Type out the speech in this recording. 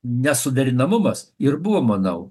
nesuderinamumas ir buvo manau